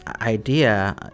idea